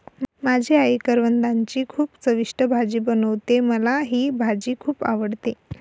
माझी आई करवंदाची खूप चविष्ट भाजी बनवते, मला ही भाजी खुप आवडते